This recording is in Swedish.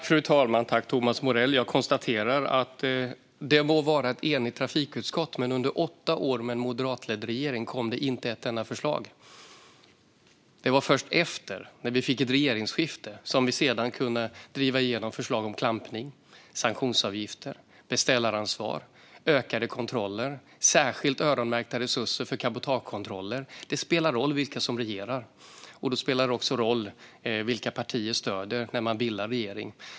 Fru talman! Det må vara ett enigt trafikutskott, men under åtta år med en moderatledd regering kom det inte ett enda förslag. Det var först efter regeringsskiftet som vi kunde driva igenom förslag om klampning, sanktionsavgifter, beställaransvar, ökade kontroller och särskilda öronmärkta resurser för cabotagekontroller. Det spelar roll vilka som regerar. Det spelar också roll vilka partier som ger stöd när man bildar regering.